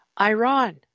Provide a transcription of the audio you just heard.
Iran